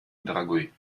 дорогой